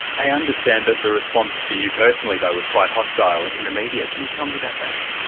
i understand that the response to you personally though, was quite hostile in the media. can you tell me about that?